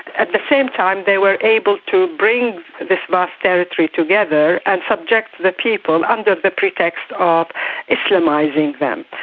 at the same time they were able to bring this vast territory together and subject the people, under the pretext of islamising them,